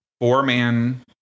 four-man